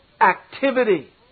Activity